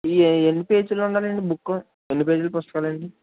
ఈ ఎన్ని పేజీలు ఉండాలంటే బుక్కు ఎన్ని పేజీలు పుస్తకాలు అండి